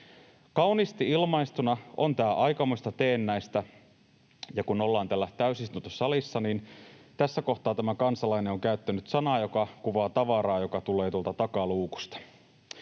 Kauniisti ilmaistuna on tää aikamoista teennäistä...” — Ja kun ollaan täällä täysistuntosalissa, niin tässä kohtaa tämä kansalainen on käyttänyt sanaa, joka kuvaa tavaraa, joka tulee tuolta takaluukusta.